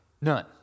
None